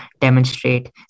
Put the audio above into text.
demonstrate